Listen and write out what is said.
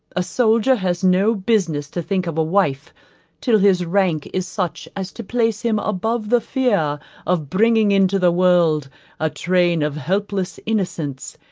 a soldier has no business to think of a wife till his rank is such as to place him above the fear of bringing into the world a train of helpless innocents,